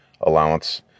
allowance